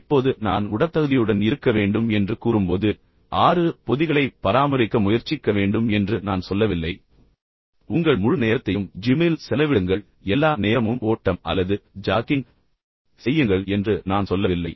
இப்போது நான் உடற்தகுதியுடன் இருக்க வேண்டும் என்று கூறும்போது ஆறு பொதிகளை பராமரிக்க முயற்சிக்க வேண்டும் என்று நான் சொல்லவில்லை உங்கள் முழு நேரத்தையும் ஜிம்மில் செலவிடுங்கள் எல்லா நேரமும் ஓட்டம் அல்லது ஜாகிங் செய்யுங்கள் என்று நான் சொல்லவில்லை